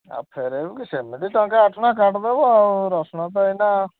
ଆଉ ଫେରେଇବୁ କି ସେମିତି ଟଙ୍କାଏ ଆଠଣା କାଟିଦେବୁ ଆଉ ରସୁଣ ତ ଏଇନା